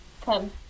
come